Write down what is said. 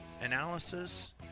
analysis